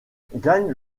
gagne